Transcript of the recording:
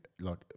look